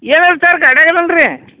ಏನಾಯ್ತು ಸರ್ ಗಾಡ್ಯಾಗ ಎಲ್ಲಿ ಹೊಂಟ್ರಿ